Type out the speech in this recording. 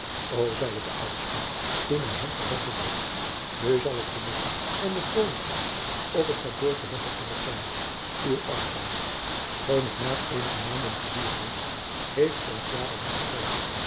o zeide de oudste toen hij hem verwelkomd had u zal het genoegen en de vrolijkheid op het kantoor teruggekeerd zijn w afzijn schoon het maar eenige maanden geduurd heeft heeft ons jaren lang gevallen